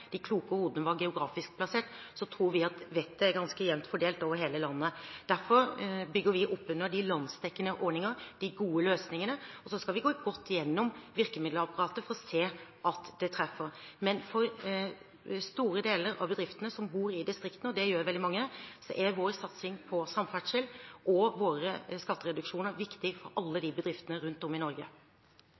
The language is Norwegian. de kloke hodene var geografisk plassert, tror vi at vettet er ganske jevnt fordelt over hele landet. Derfor bygger vi opp under de landsdekkende ordningene, de gode løsningene. Så skal vi gå nøye gjennom virkemiddelapparatet for å se at de treffer. Men for store deler av bedriftene som er ute i distriktene, og det er veldig mange, er vår satsing på samferdsel og våre skattereduksjoner viktig for alle bedriftene rundt om i Norge.